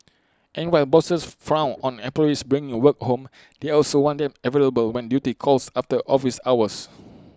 and while bosses frown on employees bringing the work home they also want them available when duty calls after office hours